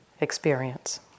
experience